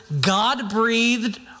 God-breathed